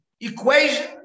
equation